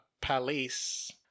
palace